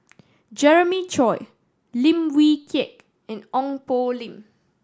Jeremiah Choy Lim Wee Kiak and Ong Poh Lim